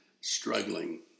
struggling